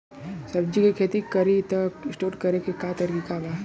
सब्जी के खेती करी त स्टोर करे के का तरीका बा?